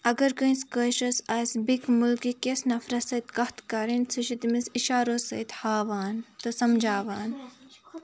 اگر کٲنٛسہِ کٲشرِس آسہِ بیٚیِکہِ ملکہٕ کِس نفرَس سۭتۍ کَتھ کَرٕنۍ سُہ چھِ تٔمِس اِشارو سۭتۍ ہاوان تہٕ سمجھاوان